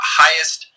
highest